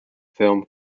film